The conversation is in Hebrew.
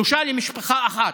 שלושה של משפחה אחת.